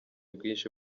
bwinshi